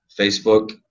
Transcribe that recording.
Facebook